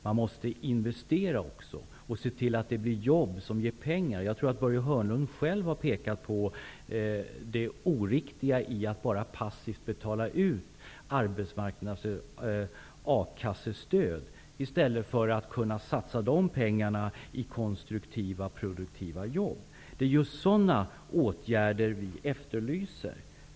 Man måste också investera och se till att det skapas jobb som ger pengar. Jag tror att Börje Hörnlund själv har pekat på det oriktiga i att bara passivt betala ut A-kassestöd i stället för att satsa pengarna i konstruktiva, produktiva jobb. Det är sådana åtgärder vi efterlyser.